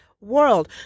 world